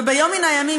וביום מן הימים,